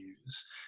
use